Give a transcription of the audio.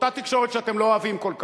אותה תקשורת שאתם לא אוהבים כל כך?